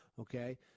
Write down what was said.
Okay